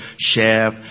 chef